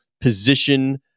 position